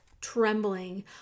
trembling